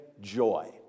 joy